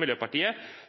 med